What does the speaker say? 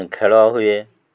ଖେଳ ହୁଏ